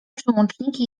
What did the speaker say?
przełączniki